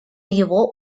его